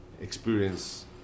experience